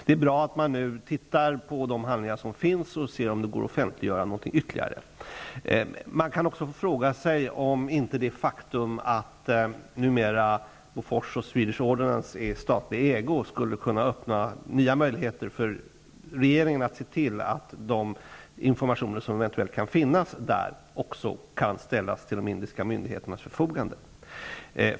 Det är bra att man nu tittar på de handlingar som finns och ser om det går att offentliggöra ytterligare något. Man kan fråga sig om inte det faktum att Bofors och Swedish Ordnance nu mera är i statlig ägo skulle kunna öppna nya möjligheter för regeringen att se till att den information som eventuellt kan finnas i företagen kan ställas till de indiska myndigheternas förfogande.